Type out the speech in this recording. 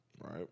Right